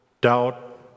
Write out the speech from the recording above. doubt